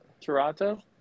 Toronto